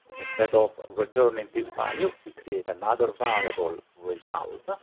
instead of returning this value, we create another variable result, but